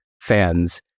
fans